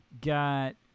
got